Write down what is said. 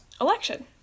election